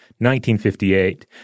1958